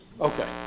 Okay